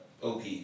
OP